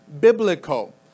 biblical